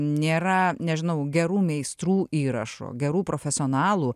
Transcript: nėra nežinau gerų meistrų įrašų gerų profesionalų